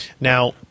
Now